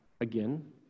again